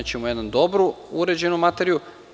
Imaćemo jednu dobro uređenu materiju.